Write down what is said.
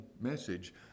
message